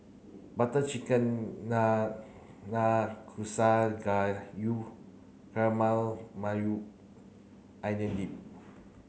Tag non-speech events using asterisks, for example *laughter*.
butter Chicken Nanakusa Gayu *unintelligible* Maui Onion Dip